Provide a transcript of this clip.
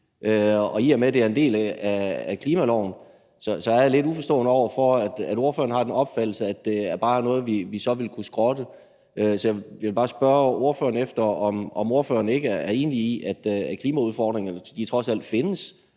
Og i og med at det er en del af klimaloven, er jeg lidt uforstående over for, at ordføreren har den opfattelse, at det bare er noget, vi så vil kunne skrotte. Så jeg vil bare spørge ordføreren, om ordføreren ikke er enig i, at klimaudfordringerne trods alt findes,